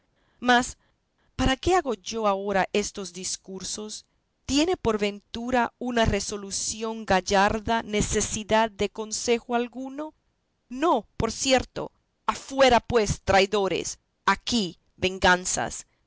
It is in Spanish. mas para qué hago yo ahora estos discursos tiene por ventura una resulución gallarda necesidad de consejo alguno no por cierto afuera pues traidores aquí venganzas